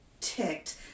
ticked